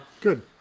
Good